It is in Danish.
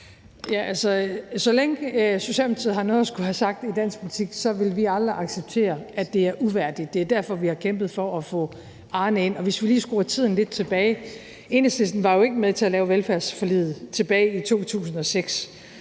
Så længe Socialdemokratiet har noget at skulle have sagt i dansk politik, vil vi aldrig acceptere, at det er uværdigt. Det er derfor, vi har kæmpet for at få Arne ind. Hvis vi lige skruer tiden lidt tilbage, vil jeg sige, at Enhedslisten jo ikke var med til at lave velfærdsforliget tilbage i 2006